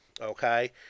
okay